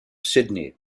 sydney